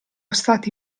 stati